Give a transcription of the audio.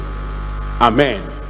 Amen